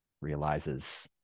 realizes